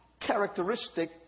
characteristic